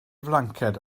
flanced